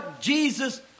Jesus